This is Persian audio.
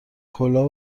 کلاه